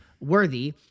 worthy